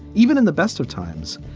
even in the best of times,